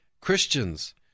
Christians